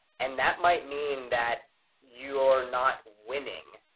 and that might mean that you're not winning.